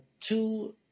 two